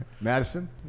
madison